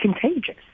contagious